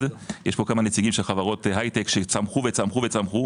- יש פה כמה נציגים של חברות הייטק שצמחו וצמחו,